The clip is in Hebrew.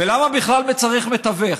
ולמה בכלל צריך מתווך?